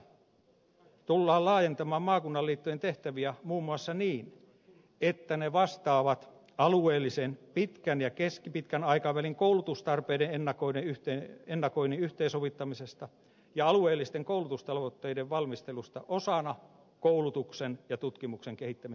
uudistuksessa tullaan laajentamaan maakunnan liittojen tehtäviä muun muassa niin että ne vastaavat alueellisen pitkän ja keskipitkän aikavälin koulutustarpeiden ennakoinnin yhteensovittamisesta ja alueellisten koulutustavoitteiden valmistelusta osana koulutuksen ja tutkimuksen kehittämissuunnitelmaa